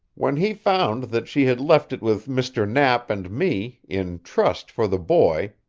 when he found that she had left it with mr. knapp and me, in trust for the boy,